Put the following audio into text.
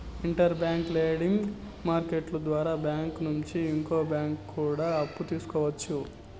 inter bank lending market ద్వారా bank నుంచి ఇంకో బ్యాంకు కూడా అప్పు తీసుకోవచ్చు